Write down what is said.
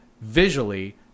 visually